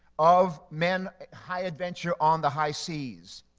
of men high adventure on the high seas.